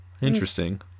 Interesting